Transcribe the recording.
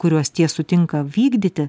kuriuos tie sutinka vykdyti